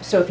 so if